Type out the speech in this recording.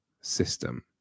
system